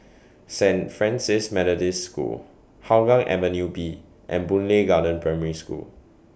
Saint Francis Methodist School Hougang Avenue B and Boon Lay Garden Primary School